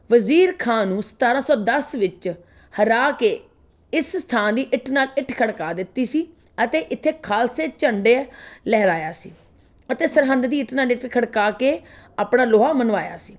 ਵਜ਼ੀਰ ਖਾਂ ਨੂੰ ਸਤਾਰ੍ਹਾਂ ਸੌ ਦਸ ਵਿੱਚ ਹਰਾ ਕੇ ਇਸ ਸਥਾਨ ਦੀ ਇੱਟ ਨਾਲ ਇੱਟ ਖੜਕਾ ਦਿੱਤੀ ਸੀ ਅਤੇ ਇੱਥੇ ਖਾਲਸੇ ਝੰਡੇ ਲਹਿਰਾਇਆ ਸੀ ਅਤੇ ਸਰਹੰਦ ਦੀ ਇੱਟ ਨਾਲ ਇੱਟ ਖੜਕਾ ਕੇ ਆਪਣਾ ਲੋਹਾ ਮਨਵਾਇਆ ਸੀ